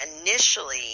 initially